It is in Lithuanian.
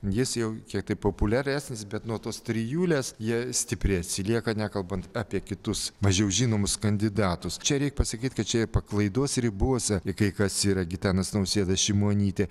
jis jau kiek tai populiaresnis bet nuo tos trijulės jie stipriai atsilieka nekalbant apie kitus mažiau žinomus kandidatus čia reik pasakyt kad čia yra paklaidos ribose kai kas yra gitanas nausėda šimonytė